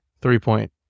three-point